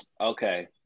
okay